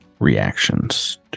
Reactions